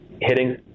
hitting